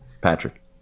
Patrick